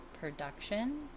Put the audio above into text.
production